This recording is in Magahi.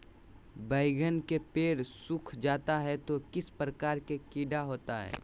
बैगन के पेड़ सूख जाता है तो किस प्रकार के कीड़ा होता है?